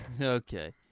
Okay